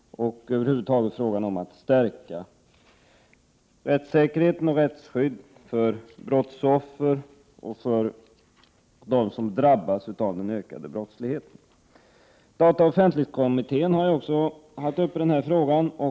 Det gäller att över huvud taget stärka rättssäkerheten och rättsskyddet för brottsoffer och för dem som i övrigt drabbas av den ökade brottsligheten. Dataoch offentlighetskommittén har också haft denna fråga uppe till behandling.